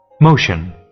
motion